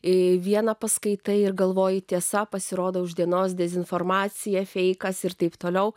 į vieną paskaitai ir galvoji tiesa pasirodo už dienos dezinformacija feikas ir taip toliau